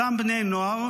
אותם בני נוער,